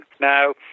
Now